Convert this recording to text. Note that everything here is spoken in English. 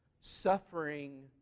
suffering